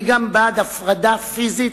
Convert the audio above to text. אני גם בעד הפרדה פיזית